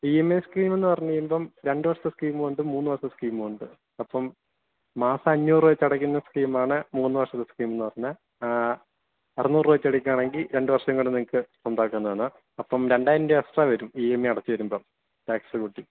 ഈ M I സ്കീമെന്നു പറഞ്ഞുകഴിയുമ്പോൾ രണ്ടുവർഷത്തെ സ്കീമുമുണ്ട് മൂന്നുവർഷത്തെ സ്കീമുമുണ്ട് അപ്പം മാസം അഞ്ഞൂറ് വെച്ചടക്കുന്ന സ്കീമാണ് മൂന്നുവർഷത്തെ സ്കീമെന്നുപറഞ്ഞാൽ അറുന്നൂറു രൂപ വെച്ചടക്കുവാണെങ്കിൽ രണ്ടുവർഷം കൊണ്ട് നിങ്ങൾക്ക് സ്വന്തമാക്കാവുന്നതാണ് അപ്പം രണ്ടായിരം രൂപ എക്സ്ട്രാ വരും ഈ എം ഐ അടച്ചുവരുമ്പോൾ ടാക്സ് കൂട്ടി